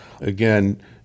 again